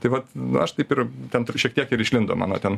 tai vat nu aš taip ir ten turiu šiek tiek ir išlindo mano ten